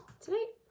tonight